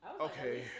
okay